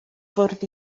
fwrdd